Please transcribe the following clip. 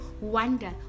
wonder